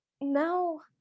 no